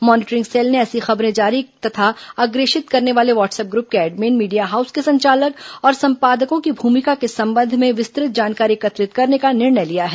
monitoring cell ने ऐसी खबरें जारी तथा अग्रेषित करने वाले व्हाट्सअप ग्रुप के एडमिन मीडिया हाउस के संचालक और संपादकों की भूमिका के संबंध में विस्तृत जानकारी एकत्रित करने का निर्णय लिया है